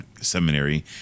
Seminary